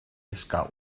escau